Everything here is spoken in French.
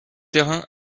terrain